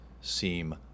seem